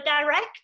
direct